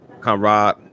comrade